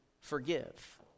forgive